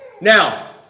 Now